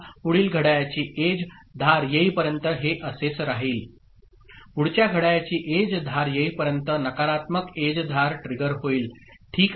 पुढील घड्याळाची एज धार येईपर्यंत हे असेच राहील पुढच्या घड्याळाची एज धार येईपर्यंत नकारात्मक एज धार ट्रिगर होईल ठीक आहे